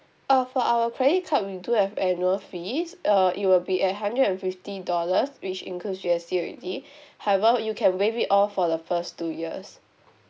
uh for our credit card we do have annual fees err it will be at hundred and fifty dollars which includes U_S_D already however you can waive it off for the first two years